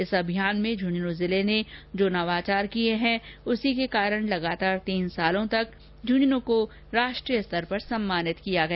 इस अभियान में झुंझुनूं जिले ने जो नवाचार किए उसके कारण लगातार तीन सालों तक झुंझुनू को राष्ट्रीय स्तर पर सम्मानित किया गया